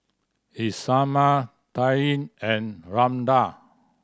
Isamar Taryn and Randal